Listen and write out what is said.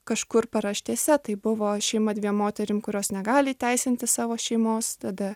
kažkur paraštėse tai buvo šeima dviem moterim kurios negali įteisinti savo šeimos tada